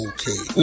Okay